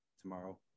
Tomorrow